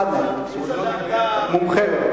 אתה עיתונאי במקור.